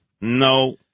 No